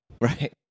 Right